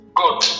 good